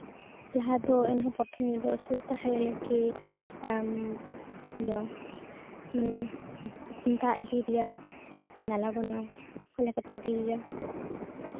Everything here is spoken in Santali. ᱞᱟᱦᱟ ᱫᱚ ᱮᱱᱦᱚᱸ ᱯᱨᱚᱛᱷᱚᱢ ᱨᱮᱫᱚ ᱛᱟᱦᱮᱸ ᱞᱮᱱᱟ ᱠᱤ ᱤᱭᱟᱹ ᱢᱟᱱᱮ ᱫᱟᱜ ᱤᱫᱤ ᱱᱟᱞᱟ ᱵᱟᱹᱱᱩᱜᱼᱟ ᱚᱠᱟ ᱞᱮᱠᱟᱛᱮ ᱤᱫᱤ ᱦᱩᱭᱩᱜᱼᱟ